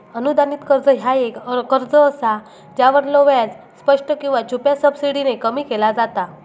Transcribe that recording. अनुदानित कर्ज ह्या एक कर्ज असा ज्यावरलो व्याज स्पष्ट किंवा छुप्या सबसिडीने कमी केला जाता